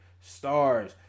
stars